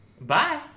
Bye